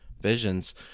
visions